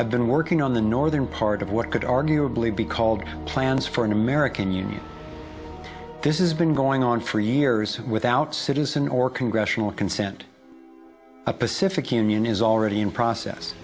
have been working on the northern part of what could arguably be called plans for an american union this is been going on for years without citizen or congressional consent a pacific union is already in process